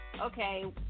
Okay